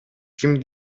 ким